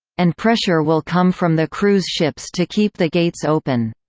and pressure will come from the cruise ships to keep the gates open.